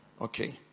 Okay